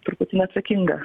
truputį neatsakinga